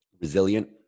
Resilient